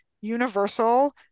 universal